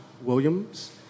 Williams